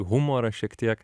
humorą šiek tiek